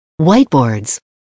Whiteboards